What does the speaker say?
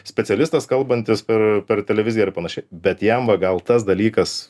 specialistas kalbantis per per televiziją ir panašiai bet jam va gal tas dalykas